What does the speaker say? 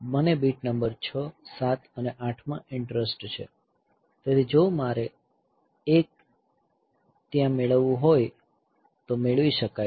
મને beat number 6 7 અને 8 માં ઈંટરેસ્ટ છે તેથી જો આ એક મારે ત્યાં મેળવવું હોય તો મેળવી શકાય